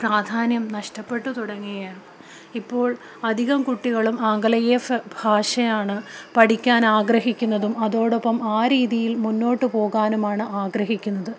പ്രാധാന്യം നഷ്ടപ്പെട്ടുതുടങ്ങി ഇപ്പോൾ അധികം കുട്ടികളും ആംഗലേയ ഭാഷയാണ് പഠിക്കാൻ ആഗ്രഹിക്കുന്നതും അതോടൊപ്പം ആ രീതിയിൽ മുന്നോട്ട് പോകാനുമാണ് ആഗ്രഹിക്കുന്നത്